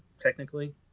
technically